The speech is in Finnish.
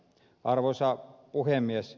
arvoisa puhemies